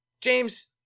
James